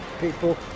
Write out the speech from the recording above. people